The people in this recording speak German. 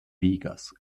vegas